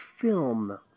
film